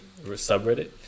subreddit